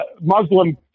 Muslim